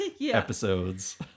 episodes